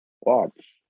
Watch